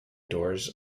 doors